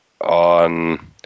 on